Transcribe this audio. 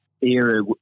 era